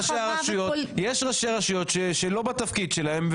יש ראשי רשויות שהם לא בתפקיד שלהם,